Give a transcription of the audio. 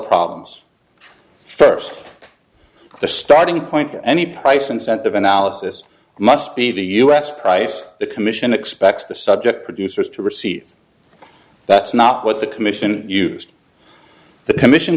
problems first the starting point for any price incentive analysis must be the u s price the commission expects the subject producers to receive that's not what the commission used the commission